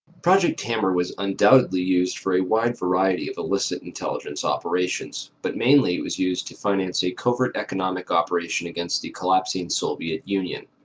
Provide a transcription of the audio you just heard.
project hammer was undoubtedly used for, a wide variety of illicit intelligence operations but mainly it was used to finance a covert economic operation against the collapsing soviet union,